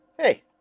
Hey